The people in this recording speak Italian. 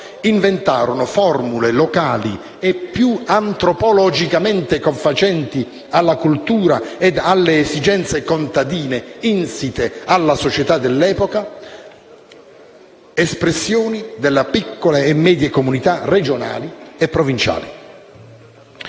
inventarono formule locali e più antropologicamente confacenti alla cultura e alle esigenze contadine insite nella società dell'epoca, espressione delle piccole e medie comunità regionali e provinciali.